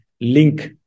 link